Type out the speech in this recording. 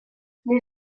les